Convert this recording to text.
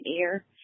ear